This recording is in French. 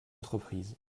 entreprises